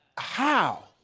how?